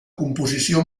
composició